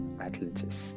Atlantis